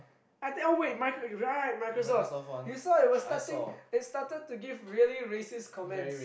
I tell oh wait micro~ right Microsoft you saw it was starting it started to give racist comments